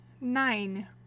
Nine